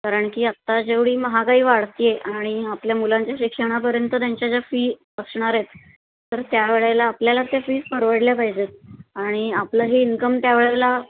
कारण की आत्ता जेवढी महागाई वाढतेय आणि आपल्या मुलांच्या शिक्षणापर्यंत त्यांच्या ज्या फी असणार आहेत तर त्यावेेळेला आपल्याला त्या फी परवडल्या पाहिजेत आणि आपलंही इन्कम त्यावेेळेला